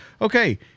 okay